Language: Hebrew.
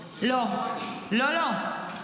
לא, לא.